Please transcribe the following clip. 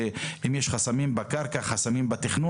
ואם יש חסמים מבחינת הקרקע או התכנון,